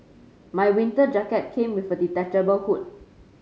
my winter jacket came with a detachable hood